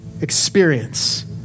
experience